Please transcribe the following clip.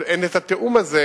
ואין התיאום הזה,